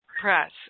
press